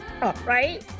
right